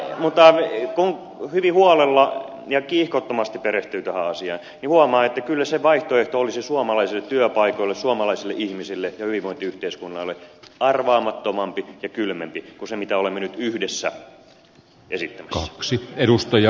mutta kun hyvin huolella ja kiihkottomasti perehtyy tähän asiaan niin huomaa että kyllä se vaihtoehto olisi suoma laisille työpaikoille suomalaisille ihmisille ja hyvinvointiyhteiskunnalle arvaamattomampi ja kylmempi kuin se mitä olemme nyt yhdessä esittämässä